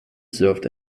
served